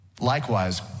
Likewise